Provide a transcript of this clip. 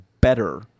better